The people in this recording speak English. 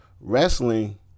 wrestling